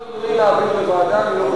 אני מציע להעביר לוועדה.